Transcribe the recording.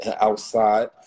outside